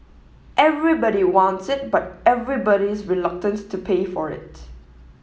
everybody wants it but everybody's reluctant to pay for it